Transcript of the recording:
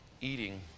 eating